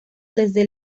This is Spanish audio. desde